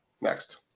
Next